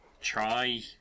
try